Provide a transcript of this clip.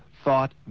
thought